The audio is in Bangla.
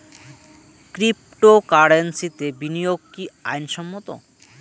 ক্রিপ্টোকারেন্সিতে বিনিয়োগ কি আইন সম্মত?